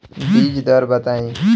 बीज दर बताई?